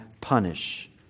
punish